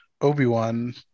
Obi-Wan